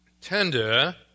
Tender